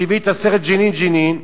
הסרט "ג'נין ג'נין",